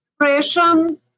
depression